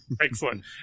Excellent